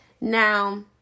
Now